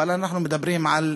אבל אנחנו מדברים על,